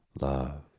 Love